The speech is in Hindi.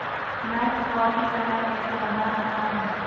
मैं चुकौती समय कैसे बढ़ा सकता हूं?